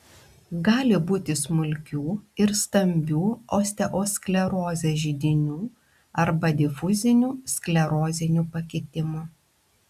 gali būti smulkių ir stambių osteosklerozės židinių arba difuzinių sklerozinių pakitimų